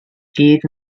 gyd